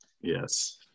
Yes